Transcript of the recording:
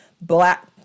black